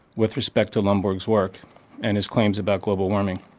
with respect to lomborg's work and his claims about global arming.